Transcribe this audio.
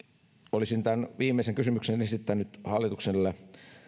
olisin tämän viimeisen kysymyksen esittänyt hallitukselle